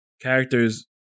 characters